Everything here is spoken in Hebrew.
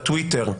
בטוויטר: